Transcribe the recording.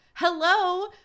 Hello